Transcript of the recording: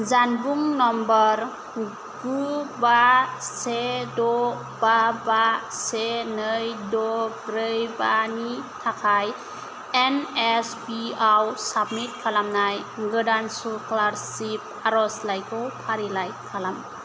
जानबुं नम्बर गु बा से द' बा बा से नै द' ब्रै बा नि थाखाय एनएसपि आव साबमिट खालामनाय गोदान स्कलारसिफ आरजलाइखौ फारिलाइ खालाम